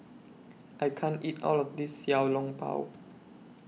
I can't eat All of This Xiao Long Bao